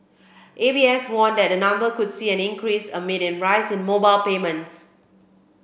A B S warned that the number could see an increase amid a rise in mobile payments